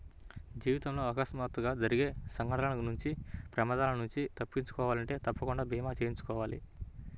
జీవితంలో అకస్మాత్తుగా జరిగే సంఘటనల నుంచి ప్రమాదాల నుంచి తప్పించుకోవాలంటే తప్పకుండా భీమా చేయించుకోవాలి